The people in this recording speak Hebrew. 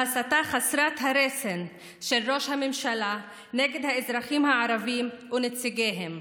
ההסתה חסרת הרסן של ראש הממשלה נגד האזרחים הערבים ונציגיהם.